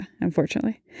unfortunately